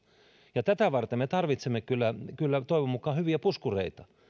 ja tätä varten me tarvitsemme kyllä kyllä toivon mukaan hyviä puskureita